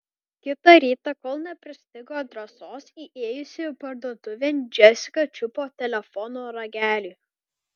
kitą rytą kol nepristigo drąsos įėjusi parduotuvėn džesika čiupo telefono ragelį